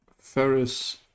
Ferris